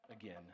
again